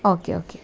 okay okay